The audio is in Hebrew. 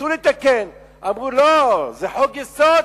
ניסו לתקן, אמרו: לא, זה חוק-יסוד.